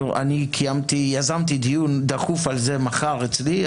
אני יזמתי דיון דחוף על זה מחר אצלי,